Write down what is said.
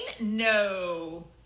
No